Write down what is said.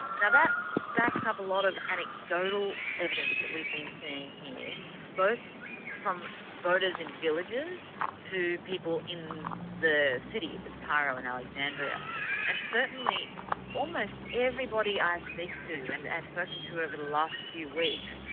now that backs up a lot of anecdotal evidence that we've been seeing here both from voters in villagers to people in the cities of cairo and alexandria and certainly almost everybody i speak to, and i've and spoken to over the last few weeks,